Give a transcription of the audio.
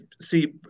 see